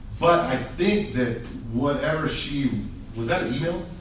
but i think that whatever she was that email?